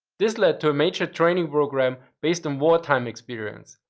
this led to a major training program based on war-time experience,